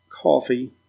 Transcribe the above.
coffee